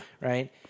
Right